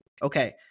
Okay